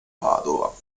padova